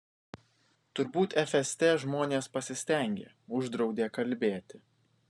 turbūt fst žmonės pasistengė uždraudė kalbėti